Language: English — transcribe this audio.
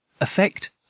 Effect